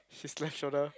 his left shoulder